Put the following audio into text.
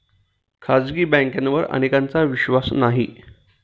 खाजगी बँकांवर अनेकांचा विश्वास नाही